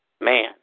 Man